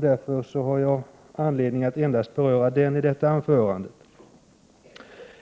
Därför har jag anledning att beröra endast den i detta anförande.